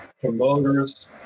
Promoters